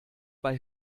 bei